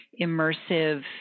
immersive